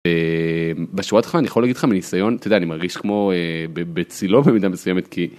בשורה התחתונה אני יכול להגיד לך מניסיון, אתה יודע אני מרגיש כמו בצילום במידה מסוימת כי.